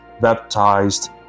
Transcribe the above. baptized